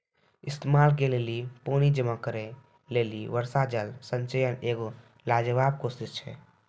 इस्तेमाल के लेली पानी जमा करै लेली वर्षा जल संचयन एगो लाजबाब कोशिश छै